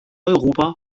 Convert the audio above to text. europa